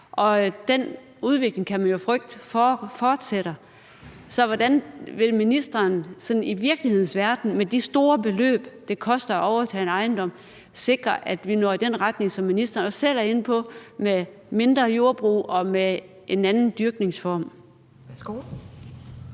og den udvikling kan man jo frygte fortsætter. Så hvordan vil ministeren – sådan i virkelighedens verden med de store beløb, det koster at overtage en ejendom – sikre, at vi når i den retning, som ministeren også selv er inde på, med mindre jordbrug og med en anden dyrkningsform?